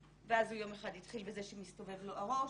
ואז הוא יום אחד התחיל בזה שמסתובב לו הראש.